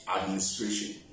administration